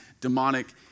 demonic